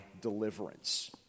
deliverance